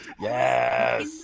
Yes